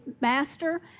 Master